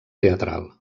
teatral